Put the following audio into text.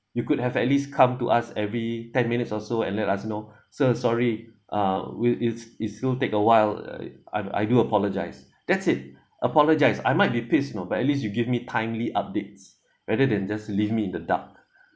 you could have at least come to us every ten minutes or so and let us know sir sorry uh will it's it's still take awhile I I I do apologize that's it apologize I might be pissed you know but at least you give me timely updates rather than just leave me in the dark